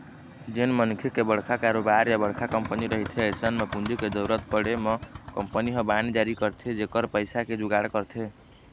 जेन मनखे के बड़का कारोबार या बड़का कंपनी रहिथे अइसन म पूंजी के जरुरत पड़े म कंपनी ह बांड जारी करके घलोक पइसा के जुगाड़ करथे